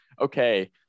okay